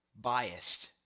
biased